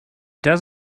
does